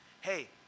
Hey